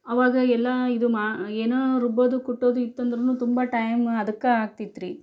ಅವಾಗ ಎಲ್ಲ ಇದು ಮಾ ಏನೋ ರುಬ್ಬೋದು ಕುಟ್ಟೋದು ಇತ್ತೆಂದರೂನು ತುಂಬ ಟೈಮ್ ಅದಕ್ಕೆ ಆಗ್ತಿತ್ರಿ